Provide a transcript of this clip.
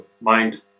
mind